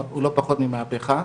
הוא לא פחות ממהפכה,